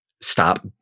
stop